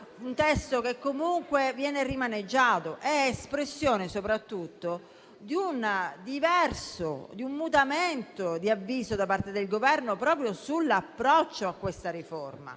un testo che comunque viene rimaneggiato, espressione soprattutto di un mutamento di avviso da parte del Governo proprio sull'approccio a questa riforma.